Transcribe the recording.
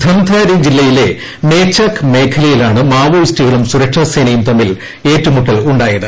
ധംതാരി ജില്ലയിലെ മേഛാക് മേഖലയിലാണ് മാവോയിസ്റ്റുകളും സുരക്ഷാസേനയും തമ്മിൽ ഏറ്റുമുട്ടലുണ്ടായത്